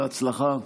בהצלחה.